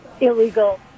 illegal